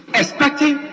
expecting